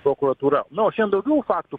prokuratūra o šiandien daugiau faktų